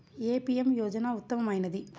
ఏ PM యోజన ఉత్తమమైనది?